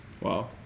Wow